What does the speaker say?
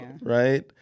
right